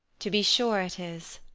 to be sure it is!